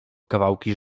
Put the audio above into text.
kawałki